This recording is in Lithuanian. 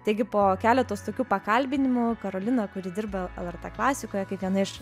taigi po keletos tokių pakalbinimų karolina kuri dirba lrt klasikoj kaip viena iš